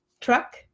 truck